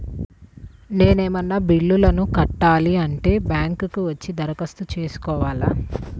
నేను ఏమన్నా బిల్లును కట్టాలి అంటే బ్యాంకు కు వచ్చి దరఖాస్తు పెట్టుకోవాలా?